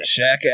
Shaq